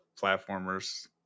platformers